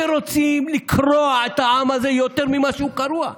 שרוצים לקרוע את העם הזה יותר ממה שהוא קרוע.